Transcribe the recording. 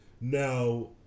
Now